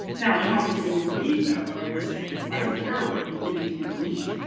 now, you might say you don't believe that, but i would say i don't care what you think you believe.